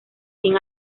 fin